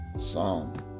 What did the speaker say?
Psalm